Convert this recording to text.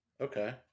okay